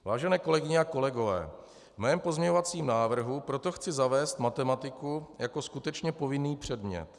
Vážené kolegyně a kolegové, ve svém pozměňovacím návrhu proto chci zavést matematiku jako skutečně povinný předmět.